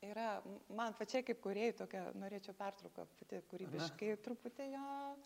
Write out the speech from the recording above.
yra man pačiai kaip kūrėjai tokia norėčiau pertrauką pati kūrybiškai truputį jo